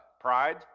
pride